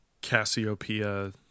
Cassiopeia